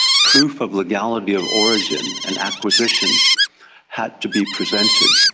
proof of legality of origin and acquisition had to be presented.